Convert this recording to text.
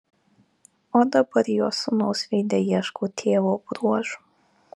o dabar jo sūnaus veide ieškau tėvo bruožų